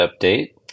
update